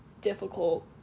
difficult